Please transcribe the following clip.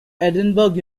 edinburgh